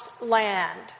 land